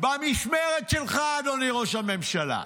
במשמרת שלך, אדוני ראש הממשלה?